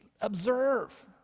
observe